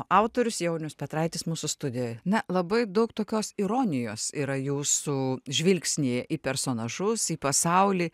autorius jaunius petraitis mūsų studijoj na labai daug tokios ironijos yra jūsų žvilgsnyje į personažus į pasaulį